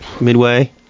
midway